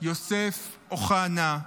יוסף אוחנה,